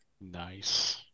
Nice